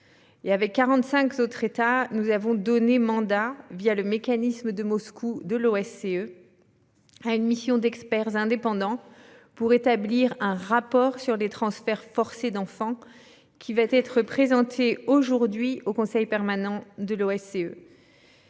dont la France, ont donné mandat, le mécanisme de Moscou de l'OSCE, à une mission d'experts indépendants pour établir un rapport sur les transferts forcés d'enfants, qui sera présenté aujourd'hui au Conseil permanent de l'OSCE.